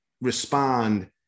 respond